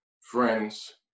Friends